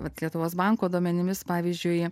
vat lietuvos banko duomenimis pavyzdžiui